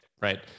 right